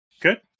Good